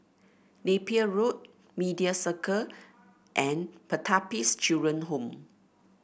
Napier Road Media Circle and Pertapis Children Home